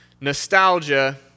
nostalgia